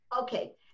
Okay